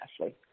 Ashley